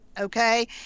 okay